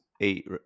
eight